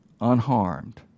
unharmed